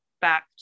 back